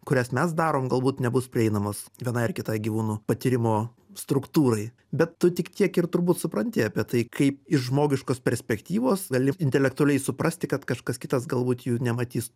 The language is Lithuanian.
kurias mes darom galbūt nebus prieinamos vienai ar kitai gyvūnų patyrimo struktūrai bet tu tik tiek ir turbūt supranti apie tai kaip iš žmogiškos perspektyvos gali intelektualiai suprasti kad kažkas kitas galbūt jų nematys